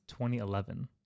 2011